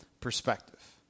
perspective